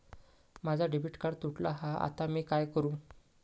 माझा debit card तुटला हा आता मी काय करू?